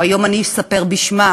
או היום אני אספר בשמם.